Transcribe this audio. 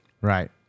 Right